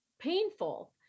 painful